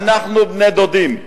אנחנו בני-דודים.